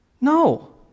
No